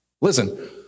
Listen